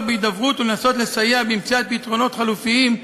בהידברות ולנסות לסייע במציאת פתרונות חלופיים,